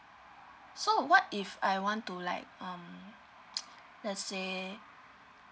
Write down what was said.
so what if I want to like um let's say